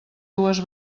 dues